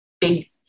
big